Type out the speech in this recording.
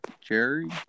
Jerry